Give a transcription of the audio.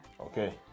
Okay